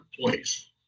place